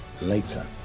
Later